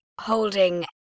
holding